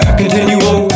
continual